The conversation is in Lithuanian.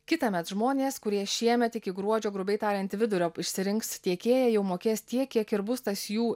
kitąmet žmonės kurie šiemet iki gruodžio grubiai tariant vidurio išsirinks tiekėją jau mokės tiek kiek ir bus tas jų